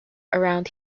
around